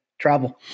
travel